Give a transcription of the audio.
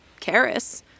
Karis